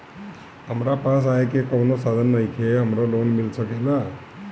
हमरा पास आय के कवनो साधन नईखे हमरा लोन मिल सकेला?